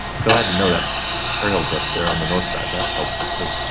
glad to know that trail's up there on the north side. that's helpful too.